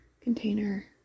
container